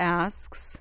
asks